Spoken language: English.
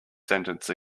sentence